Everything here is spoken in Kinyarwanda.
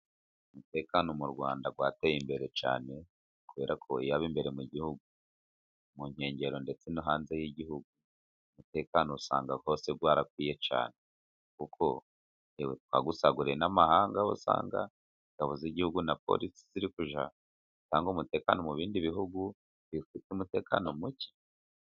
Umutekano mu Rwanda, wateye imbere cyane, kubera ko yaba imbere mu gihugu, mu nkengero ndetse no hanze y'igihugu, umutekano usanga hose warakwiye cyane, kuko yewe twawusaguriye n'amahanga, aho usanga ingabo z'igihugu na polisi, ziri kujya gutanga umutekano, mu bindi bihugu, bifite umutekano muke.